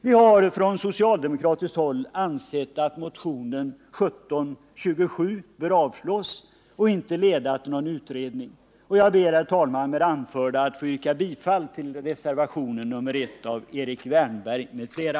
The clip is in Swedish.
Vi har från socialdemokratiskt håll ansett att motionen 1727 bör avslås och inte leda till någon utredning. Jag ber med det anförda få yrka bifall till reservationen 1 av Erik Wärnberg m.fl.